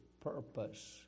purpose